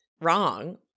wrong